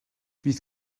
bydd